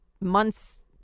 months